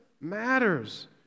matters